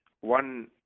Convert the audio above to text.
one